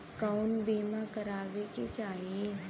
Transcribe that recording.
कउन बीमा करावें के चाही?